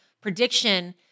prediction